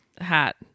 Hat